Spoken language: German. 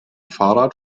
fahrrad